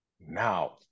Now